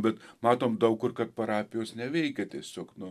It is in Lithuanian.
bet matom daug kur kad parapijos neveikia tiesiog nu